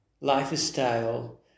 lifestyle